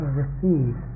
receive